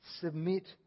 Submit